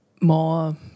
more